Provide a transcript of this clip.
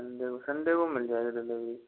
Sunday को मिल जाएगा जब भी